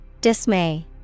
Dismay